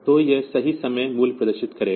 तो यह सही समय मूल्य प्रदर्शित करेगा